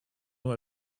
nur